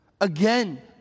Again